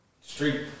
street